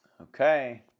Okay